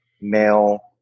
male